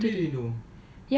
ya I told you today